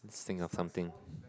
think of something